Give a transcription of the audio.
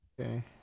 Okay